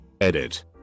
Edit